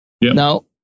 Now